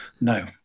no